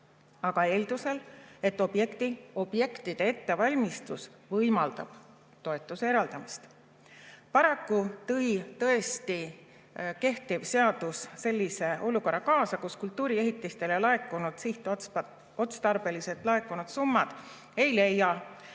seda eeldusel, et objektide ettevalmistus võimaldab toetuse eraldamist. Paraku tõi kehtiv seadus tõesti kaasa sellise olukorra, kus kultuuriehitistele laekunud sihtotstarbeliselt laekunud summad ei leia